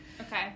Okay